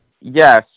Yes